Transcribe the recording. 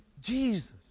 Jesus